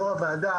יו"ר הוועדה,